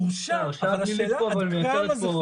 הורשע, אבל השאלה עד כמה זה חמור.